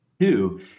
Two